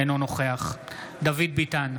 אינו נוכח דוד ביטן,